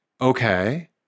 Okay